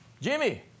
Jimmy